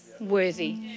worthy